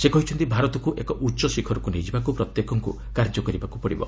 ସେ କହିଛନ୍ତି ଭାରତକୁ ଏକ ଉଚ୍ଚ ଶିଖରକୁ ନେଇଯିବାକୁ ପ୍ରତ୍ୟେକଙ୍କୁ କାର୍ଯ୍ୟ କରିବାକୁ ପଡ଼ିବ